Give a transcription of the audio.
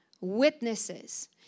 witnesses